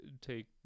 take